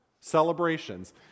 celebrations